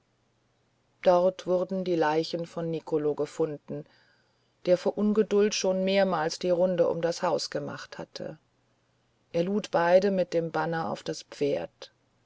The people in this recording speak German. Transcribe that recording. dort wurden die leichen von nicolo gefunden der vor ungeduld schon mehrmals die runde um das haus gemacht hatte er lud beide mit dem banner auf das pferd